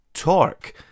torque